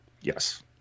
Yes